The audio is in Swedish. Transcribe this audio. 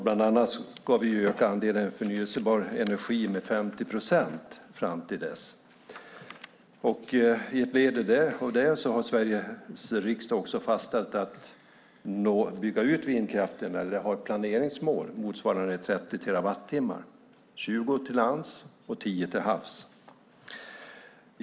Bland annat ska vi öka andelen förnybar energi med 50 procent fram till dess. Sveriges riksdag har också fastställt att för vindkraften ha ett planeringsmål motsvarande 30 terawattimmar, 20 till lands och 10 till havs.